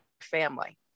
family